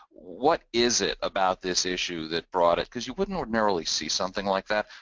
what is it about this issue that brought it, because you wouldn't ordinarily see something like that.